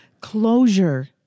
closure